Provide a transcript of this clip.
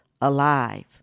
alive